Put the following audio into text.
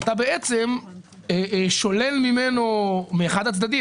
אתה בעצם שולל מאחד מן הצדדים,